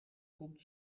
komt